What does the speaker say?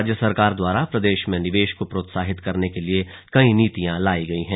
राज्य सरकार द्वारा प्रदेश में निवेश को प्रोत्साहित करने के लिए कई नीतियां लाई गई हैं